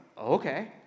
okay